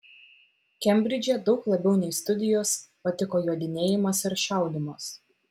kembridže daug labiau nei studijos patiko jodinėjimas ir šaudymas